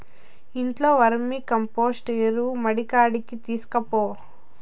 ఇంట్లో వర్మీకంపోస్టు ఎరువు మడికాడికి తీస్కపో